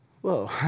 Whoa